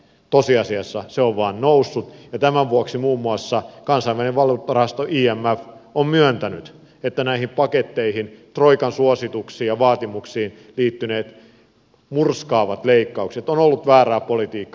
tosiasiassa se on vain noussut ja tämän vuoksi muun muassa kansainvälinen valuuttarahasto imf on myöntänyt että näissä paketeissa troikan suosituksiin ja vaatimuksiin liittyneet murskaavat leikkaukset ovat olleet väärää politiikkaa